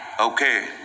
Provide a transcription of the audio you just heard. Okay